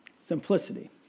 Simplicity